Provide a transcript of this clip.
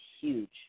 huge